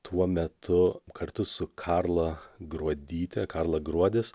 tuo metu kartu su karla gruodyte karla gruodis